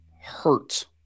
hurt